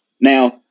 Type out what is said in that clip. Now